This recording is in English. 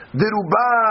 deruba